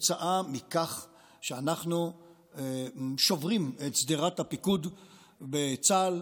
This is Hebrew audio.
כתוצאה מכך שאנחנו שוברים את שדרת הפיקוד בצה"ל,